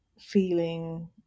feeling